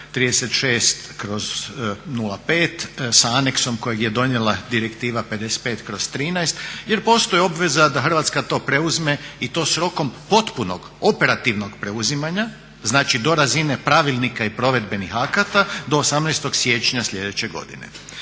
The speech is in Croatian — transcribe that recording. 36/05 sa anexom kojeg je donijela Direktiva 55/13 jer postoji obveza da Hrvatska to preuzme i to s rokom potpunog operativnog preuzimanja, znači do razine pravilnika i provedbenih akata do 18. siječnja sljedeće godine.